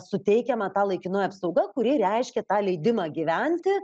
suteikiama ta laikinoji apsauga kuri reiškia tą leidimą gyventi